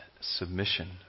submission